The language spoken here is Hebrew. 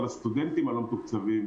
על הסטודנטים הלא מתוקצבים,